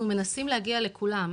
אנחנו מנסים להגיע לכולם,